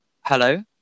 hello